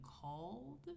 called